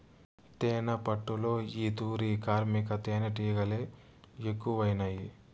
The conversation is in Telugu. తేనెపట్టులో ఈ తూరి కార్మిక తేనీటిగలె ఎక్కువైనాయి